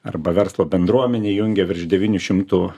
arba verslo bendruomenė jungia virš devynių šimtų